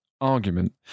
argument